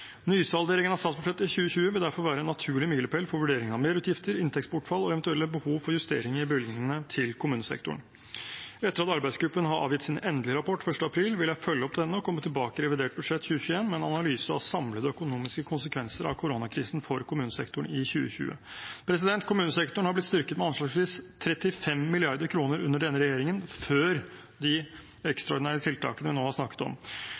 Nysalderingen av statsbudsjettet i 2020 vil derfor være en naturlig milepæl for vurdering av merutgifter, inntektsbortfall og eventuelle behov for justeringer i bevilgningene til kommunesektoren. Etter at arbeidsgruppen har avgitt sin endelige rapport 1. april, vil jeg følge opp denne og komme tilbake i revidert budsjett 2021 med en analyse av samlede økonomiske konsekvenser av koronakrisen for kommunesektoren i 2020. Kommunesektoren har blitt styrket med anslagsvis 35 mrd. kr under denne regjeringen, før de ekstraordinære tiltakene jeg nå har snakket om.